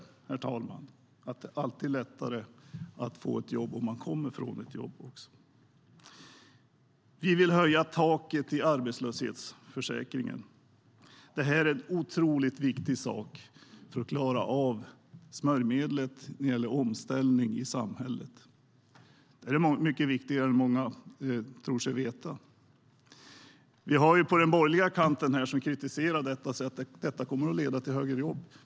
Alla vet att det alltid är lättare att få ett jobb om man kommer från ett jobb. Vi vill höja taket i arbetslöshetsförsäkringen. Det är en otroligt viktig sak som smörjmedel för att klara en omställning i samhället. Det är mycket viktigare än vad många tror sig veta. Man har på den borgerliga kanten kritiserat detta och sagt att det kommer att leda till högre arbetslöshet.